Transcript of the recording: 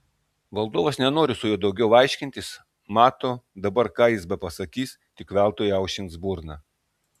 valdovas nenori su juo daugiau aiškintis mato dabar ką jis bepasakys tik veltui aušins burną